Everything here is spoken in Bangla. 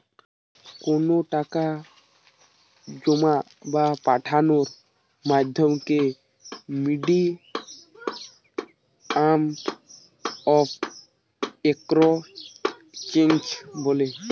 কোনো টাকা জোমা বা পাঠানোর মাধ্যমকে মিডিয়াম অফ এক্সচেঞ্জ বলে